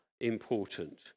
important